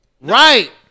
Right